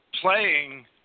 playing